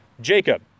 Jacob